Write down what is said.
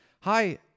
Hi